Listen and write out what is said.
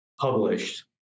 published